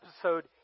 episode